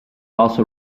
also